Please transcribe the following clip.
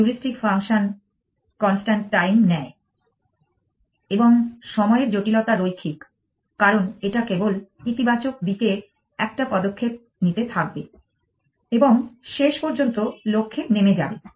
heuristic function constant time নেয় এবং সময়ের জটিলতা রৈখিক কারণ এটা কেবল ইতিবাচক দিকে একটা পদক্ষেপ নিতে থাকবে এবং শেষ পর্যন্ত লক্ষ্যে থেমে যাবে